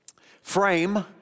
frame